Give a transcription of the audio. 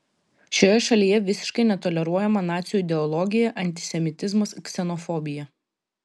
šioje šalyje visiškai netoleruojama nacių ideologija antisemitizmas ksenofobija